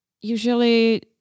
Usually